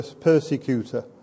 persecutor